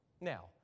Now